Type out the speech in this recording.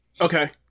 Okay